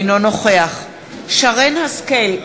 אינו נוכח שרן השכל,